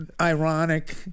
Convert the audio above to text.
ironic